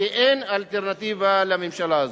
כי אין אלטרנטיבה לממשלה הזאת.